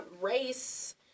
race